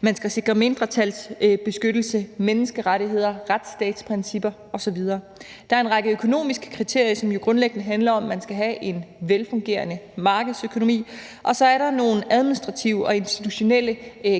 man skal sikre mindretalsbeskyttelse, menneskerettigheder, retsstatsprincipper osv. Der er en række økonomiske kriterier, som jo grundlæggende handler om, at man skal have en velfungerende markedsøkonomi, og så er der nogle administrative og institutionelle